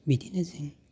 बिदिनो जों